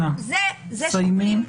אנא סיימי.